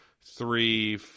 three